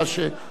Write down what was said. אתה